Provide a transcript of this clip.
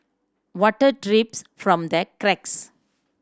water drips from the cracks